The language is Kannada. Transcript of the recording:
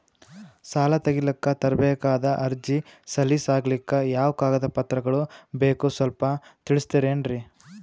ಸಾಲ ತೆಗಿಲಿಕ್ಕ ತರಬೇಕಾದ ಅರ್ಜಿ ಸಲೀಸ್ ಆಗ್ಲಿಕ್ಕಿ ಯಾವ ಕಾಗದ ಪತ್ರಗಳು ಬೇಕು ಸ್ವಲ್ಪ ತಿಳಿಸತಿರೆನ್ರಿ?